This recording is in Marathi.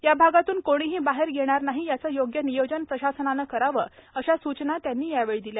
या भागातून कोणीही बाहेर येणार नाही याचे योग्य नियोजन प्रशासनाने करावे अश्या सूचना त्यांनी दिल्या